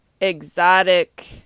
exotic